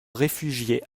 réfugiés